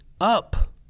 up